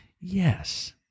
Yes